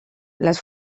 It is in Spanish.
las